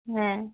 হ্যাঁ